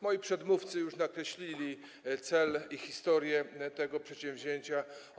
Moi przedmówcy już nakreślili cel i historię tego przedsięwzięcia.